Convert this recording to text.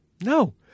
No